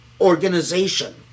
organization